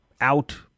out